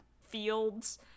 fields